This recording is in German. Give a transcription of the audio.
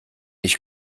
ich